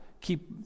Keep